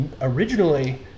originally